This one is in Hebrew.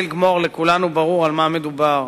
ולכולנו ברור על מה מדובר.